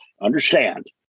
understand